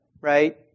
Right